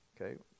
okay